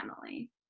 family